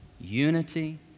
unity